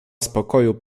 spokoju